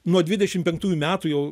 nuo dvidešim penktųjų metų jau